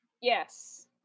yes